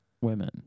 Women